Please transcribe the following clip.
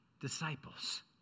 disciples